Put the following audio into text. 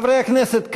חברי הכנסת,